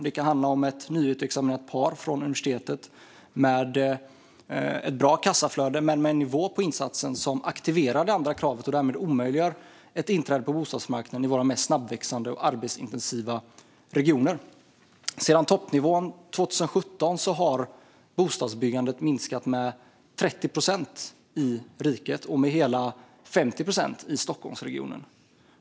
Det kan handla om ett par som är nyutexaminerade från universitetet, med ett bra kassaflöde men med en nivå på insatsen som aktiverar det andra kravet och därmed omöjliggör ett inträde på bostadsmarknaden i våra mest snabbväxande och arbetsintensiva regioner. Sedan toppnivån 2017 har bostadsbyggandet minskat med 30 procent i riket och med hela 50 procent i Stockholmsregionen.